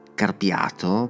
carpiato